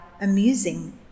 amusing